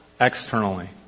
externally